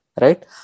right